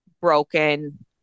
broken